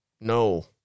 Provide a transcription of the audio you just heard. no